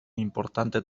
importante